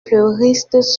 fleuristes